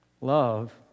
Love